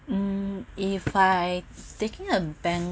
hmm if I taking a bank